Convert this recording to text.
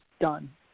done